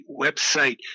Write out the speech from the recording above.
website